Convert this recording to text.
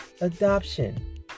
adoption